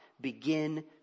begin